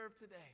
today